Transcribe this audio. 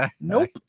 Nope